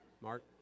Mark